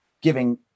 giving